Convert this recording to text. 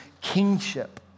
kingship